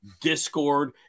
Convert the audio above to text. Discord